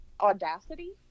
audacity